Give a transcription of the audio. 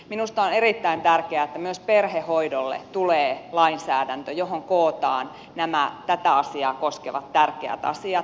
minusta on erittäin tärkeää että myös perhehoidolle tulee lainsäädäntö johon kootaan nämä tätä asiaa koskevat tärkeät asiat